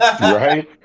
Right